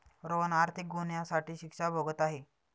रोहन आर्थिक गुन्ह्यासाठी शिक्षा भोगत आहे